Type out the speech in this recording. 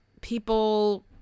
people